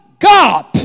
God